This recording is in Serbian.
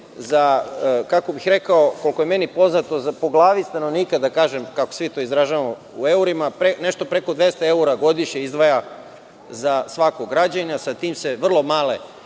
za, kako bih rekao, koliko je meni poznato po glavi stanovnika da kažem, kako svi to izražavamo u evrima, nešto preko 200 evra godišnje izdvaja za svakog građanina, sa tim se vrlo mala